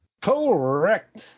Correct